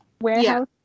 warehouse